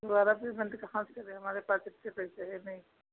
दोबारा पेमेंट कहाँ से करें हमारे पास इतने पैसे हैं नहीं